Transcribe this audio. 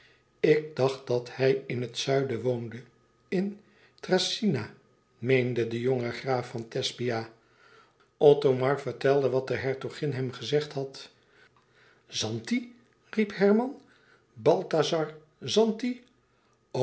ik dacht dat hij in het zuiden woonde in thracyna meende de jonge graaf van thesbia othomar vertelde wat de hertogin hem gezegd had zanti riep herman balthazar zanti